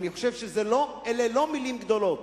אלה לא מלים גדולות,